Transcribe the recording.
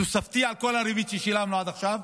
תוספתי, על כל הריבית ששילמנו עד עכשיו?